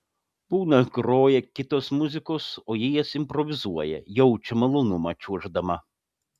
būna groja kitos muzikos o ji jas improvizuoja jaučia malonumą čiuoždama